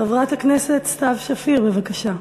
חברת הכנסת סתיו שפיר, בבקשה.